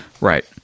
Right